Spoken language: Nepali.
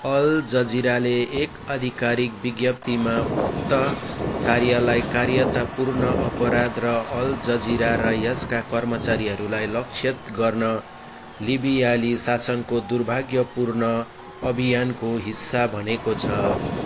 अल जजिराले एक आधिकारिक विज्ञप्तिमा उक्त कार्यलाई कायरतापूर्ण अपराध र अल जजिरा र यसका कर्मचारीहरूलाई लक्षित गर्न लिबियाली शासनको दुर्भावनापूर्ण अभियानको हिस्सा भनेको छ